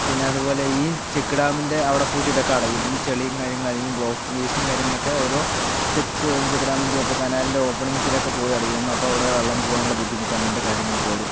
പിന്നെ അതുപോലെ ഈ ചെക്ക് ഡാമിൻ്റെ അവിടെ പോയിട്ട് ഇതൊക്കെ അടയും ഈ ചെളിയും കാര്യങ്ങള് ആയിരിക്കും ബ്ലോക്ക് വേസ്റ്റും കാര്യങ്ങളൊക്കെ ഓരോ ചെപ്പ് ചെക്ക് ഡാമിൻ്റെയോ ഇപ്പോൾ കനാലിൻ്റെ ഓപ്പനിംഗ്സിലൊക്കെ പോയി അടയും അപ്പോൾ അവിടെ വെള്ളം പോവാനുള്ള ബുദ്ധിമുട്ട് അങ്ങനത്തെ കാര്യങ്ങളൊക്കെ വരും